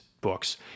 books